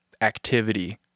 activity